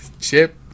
Chip